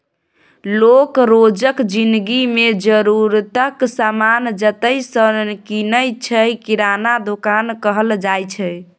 लोक रोजक जिनगी मे जरुरतक समान जतय सँ कीनय छै किराना दोकान कहल जाइ छै